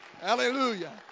Hallelujah